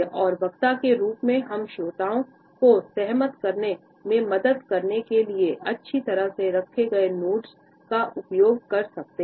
और वक्ता के रूप में हम श्रोताओं को सहमत करने में मदद करने के लिए अच्छी तरह से रखे गए नोड्स का उपयोग कर सकते हैं